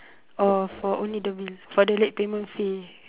or for only the bill for the late payment fee